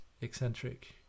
eccentric